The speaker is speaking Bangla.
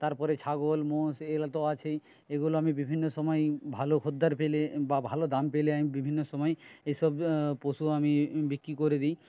তারপরে ছাগল মোষ এগুলো তো আছেই এগুলো আমি বিভিন্ন সময়ে ভালো খদ্দের পেলে বা ভালো দাম পেলে আমি বিভিন্ন সময়ে এই সব পশু আমি বিক্রি করে দিই